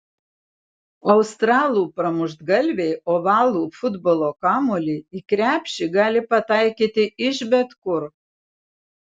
australų pramuštgalviai ovalų futbolo kamuolį į krepšį gali pataikyti iš bet kur